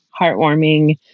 heartwarming